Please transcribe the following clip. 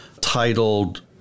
titled